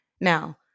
Now